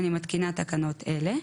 אני מתקינה תקנות אלה: